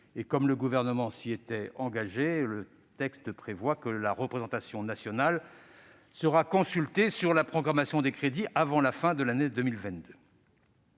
comme le Gouvernement s'y était engagé, le texte prévoit que la représentation nationale sera consultée sur la programmation des crédits avant la fin de l'année 2022.